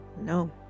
no